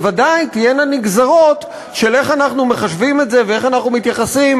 בוודאי תהיינה נגזרות של איך אנחנו מחשבים את זה ואיך אנחנו מתייחסים